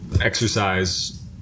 Exercise